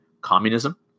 communism